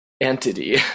entity